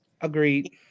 Agreed